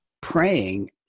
praying